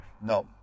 no